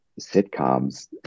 sitcoms